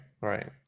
right